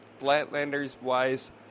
Flatlanders-wise